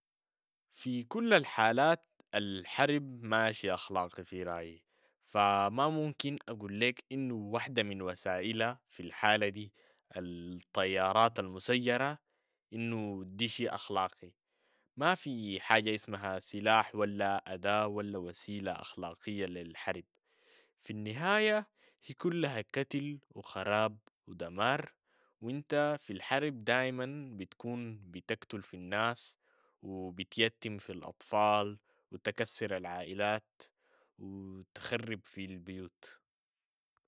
في كل الحالات الحرب ما شي أخلاقي في رأيي، فما ممكن أقول ليك إنو واحدة من وسائلها، في الحالة دي الطيارات المسيرة، إنو دي شي أخلاقي، ما في حاجة اسمها سلاح ولا أداة ولا وسيلة أخلاقية للحرب، في النهاية هي كلها كتل و خراب و دمار و إنت في الحرب دايما بتكون بتكتل في الناس و بتيتم في الأطفال و تكسر العائلات و تخرب في البيوت.